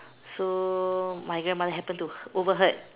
so my grandmother happen to overheard